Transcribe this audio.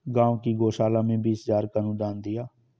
गांव की गौशाला में बीस हजार का अनुदान दिया